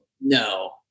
No